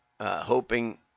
hoping